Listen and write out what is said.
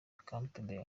campbell